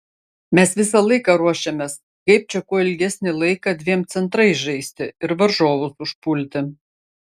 mes visą laiką ruošėmės kaip čia kuo ilgesnį laiką dviem centrais žaisti ir varžovus užpulti